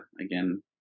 again